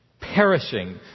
Perishing